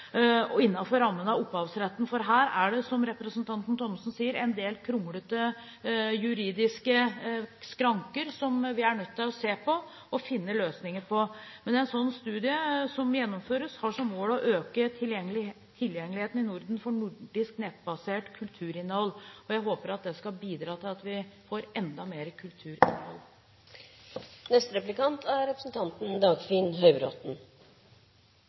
av opphavsretten, for her er det – som representanten Thommessen sier – en del kronglete juridiske skranker som vi er nødt til å se på og finne løsninger på. Men en slik studie som gjennomføres, har som mål å øke tilgjengeligheten i Norden for nordisk nettbasert kulturinnhold, og jeg håper at det skal bidra til at vi får enda